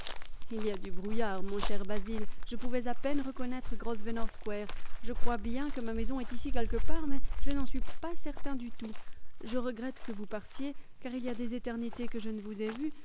il y a du brouillard mon cher basil je pouvais à peine reconnaître grosvenor square je crois bien que ma maison est ici quelque part mais je n'en suis pas certain du tout je regrette que vous partiez car il y a des éternités que je ne vous ai vu